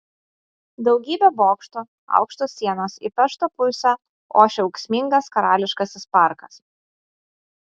daugybė bokštų aukštos sienos į pešto pusę ošia ūksmingas karališkasis parkas